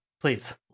Please